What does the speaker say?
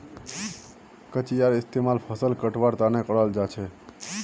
कचियार इस्तेमाल फसल कटवार तने कराल जाछेक